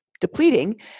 depleting